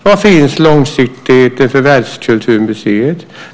Var finns långsiktigheten för Världskulturmuseet?